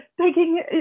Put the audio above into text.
taking